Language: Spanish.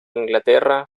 inglaterra